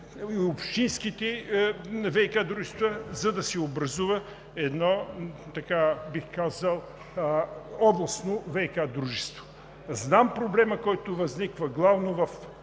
общинските ВиК дружества, за да се образува едно, бих казал, областно ВиК дружество. Знам проблема, който възниква главно в